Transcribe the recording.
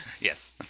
yes